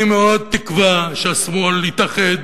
אני מאוד מקווה שהשמאל יתאחד